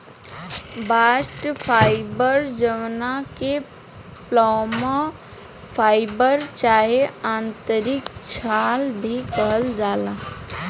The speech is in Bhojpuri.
बास्ट फाइबर जवना के फ्लोएम फाइबर चाहे आंतरिक छाल भी कहल जाला